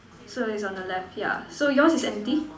so is on the left yeah so yours is empty